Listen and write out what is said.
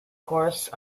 course